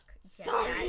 Sorry